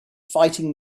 fighting